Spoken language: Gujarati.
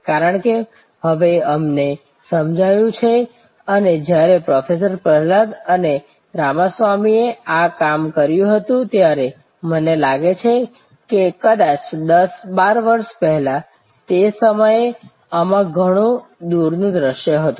કારણ કે હવે અમને સમજાયું છે અને જ્યારે પ્રોફેસર પ્રહલાદ અને રામાસ્વામીએ આ કામ કર્યું હતું ત્યારે મને લાગે છે કે કદાચ 10 12 વર્ષ પહેલાં તે સમયે આમાં ઘણું દૂરનું દૃશ્ય હતું